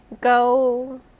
go